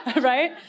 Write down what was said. Right